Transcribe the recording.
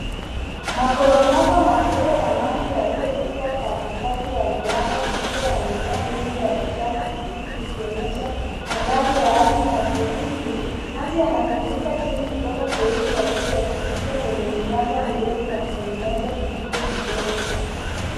Maporomoko madogo ya maji yaliyopita katikati ya miamba mikubwa na mimea mingi ya kijani kibichi ikionyesha mandhari ya asili na tulivu. Maji yanatiririka chini kutoka sehemu ya juu yanapita kwenye miamba mirefu na kutengeneza visima vidogo.